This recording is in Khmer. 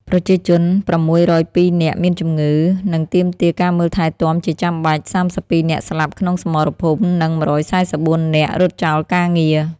ប្រជាជន ៦០២នាក់មានជំងឺ និងទាមទារការមើលថែទាំជាចំបាច់ ៣២នាក់ស្លាប់ក្នុងសមរភូមិ និង១៤៤នាក់រត់ចោលការងារ។